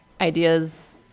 ideas